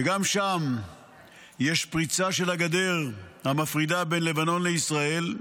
שגם שם יש פריצה של הגדר המפרידה בין לבנון לישראל,